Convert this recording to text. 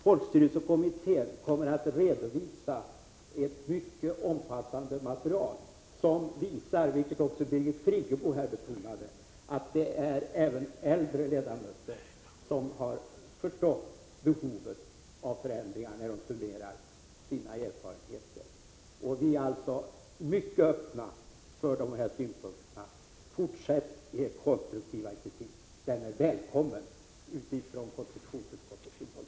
Folkstyrelsekommittén kommer att redovisa ett mycket omfattande material, som visar — vilket också Birgit Friggebo betonade — att även äldre ledamöter har förstått behovet av förändringar när de har summerat sina erfarenheter. Vi är alltså mycket öppna för de här synpunkterna. Fortsätt med er konstruktiva kritik! Den är välkommen utifrån konstitutionsutskottets synpunkt.